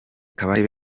kabarebe